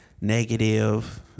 negative